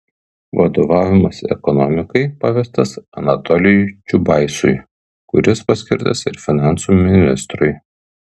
vadovavimas ekonomikai pavestas anatolijui čiubaisui kuris paskirtas ir finansų ministrui